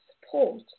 support